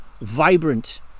vibrant